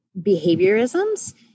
behaviorisms